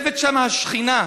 יושבת שם השכינה.